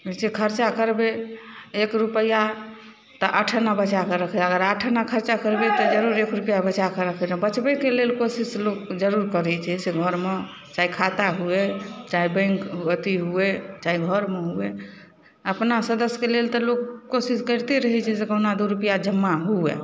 देखिऔ खरचा करबै एक रुपैआ तऽ आठ अना बचाकऽ रखबै अगर आठ अना खरचा करबै तऽ जरूर एक रुपैआ बचाकऽ रखबै बचबैके लेल कोशिश लोक जरूर करै छै से घरमे चाहे खाता हुअए चाहे बैँक अथी हुअए चाहे चाहे घरमे हुअए अपना सदस्यके लेल तऽ लोक कोशिश करिते रहै छी जे कहुना दुइ रुपैआ जमा हुअए